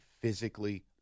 physically